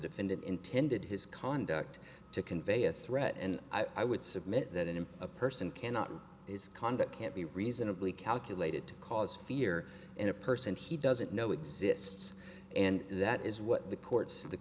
defendant intended his conduct to convey a threat and i would submit that in a person cannot his conduct can't be reasonably calculated to cause fear in a person he doesn't know exists and that is what the courts